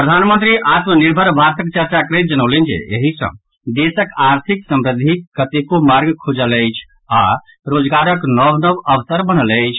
प्रधानमंत्री आत्मनिर्भर भारतक चर्चा करैत जनौलनि जे एहि सॅ देशक आर्थिक समृद्धिक कतेको मार्ग खुजल अछि आओर रोजगारक नव नव अवसर अछि